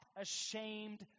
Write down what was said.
ashamed